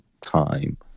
time